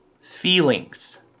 feelings